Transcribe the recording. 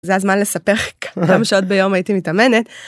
זה הזמן לספר כמה שעות ביום הייתי מתאמנת.